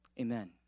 Amen